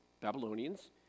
Babylonians